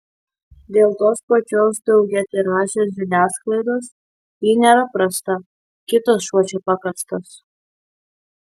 dėl tos pačios daugiatiražės žiniasklaidos ji nėra prasta kitas šuo čia pakastas